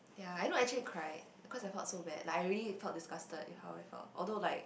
ya you know actually I cried because I felt so bad like I already felt disgusted with her with her although like